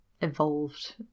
evolved